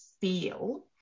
feel